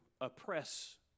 oppress